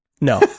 no